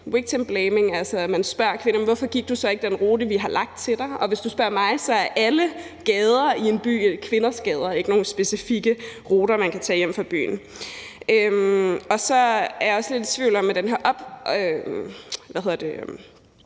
man spørger kvinder: Men hvorfor gik du så ikke ad den rute, vi har lagt til dig? Og hvis du spørger mig, så er alle gader i en by kvinders gader, ikke nogle specifikke ruter, som man kan tage ad hjem fra byen. Så er jeg også lidt i tvivl om den her opsporingsapp, der